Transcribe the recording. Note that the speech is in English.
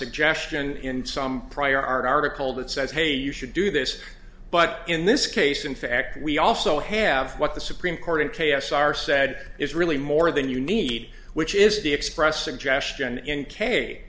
suggestion in some prior article that says hey you should do this but in this case in fact we also have what the supreme court in k s r said is really more than you need which is the expressed suggestion in k